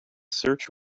search